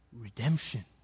redemption